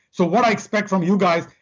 so what i expect from you guys,